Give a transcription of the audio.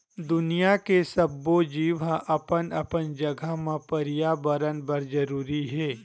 दुनिया के सब्बो जीव ह अपन अपन जघा म परयाबरन बर जरूरी हे